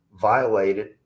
violated